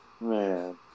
man